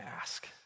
ask